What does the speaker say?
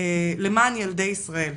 למען ילדי ישראל.